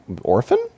orphan